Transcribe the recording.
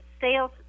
sales